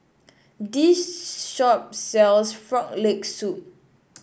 this shop sells Frog Leg Soup